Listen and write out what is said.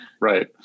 Right